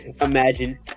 imagine